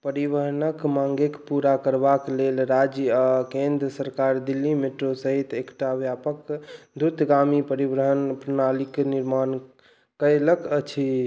परिवहनके माँगके पूरा करबाक लेल राज्य आओर केन्द्र सरकार दिल्ली मेट्रो सहित एकटा व्यापक द्रुतगामी परिवहन प्रणालीके निर्माण कएलक अछि